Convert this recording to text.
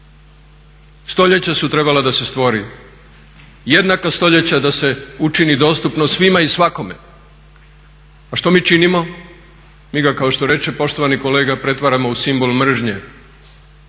Stoljeća su trebala da se stvori, jednaka stoljeća da se učini dostupno svima i svakome. A što mi činimo? Mi ga kao što reče poštovani kolega pretvaramo u simbol mržnje.